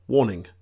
Warning